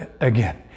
again